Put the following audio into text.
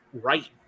Right